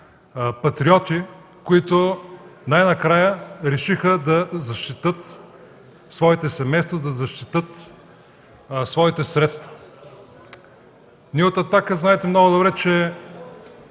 патриоти, които най-накрая решиха да защитят своите семейства, да защитят своите средства. Знаете много добре, че